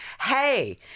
hey